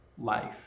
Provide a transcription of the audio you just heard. life